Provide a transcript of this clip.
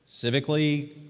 civically